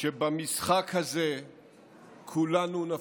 שבמשחק הזה כולנו נפסיד.